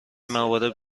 موارد